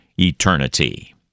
eternity